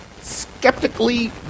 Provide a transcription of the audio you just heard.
Skeptically